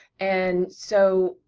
and so,